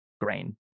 grain